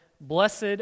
Blessed